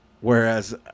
Whereas